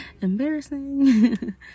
Embarrassing